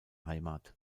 heimat